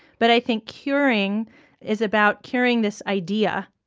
but i think curing is about curing this idea,